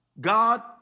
God